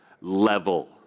level